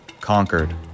conquered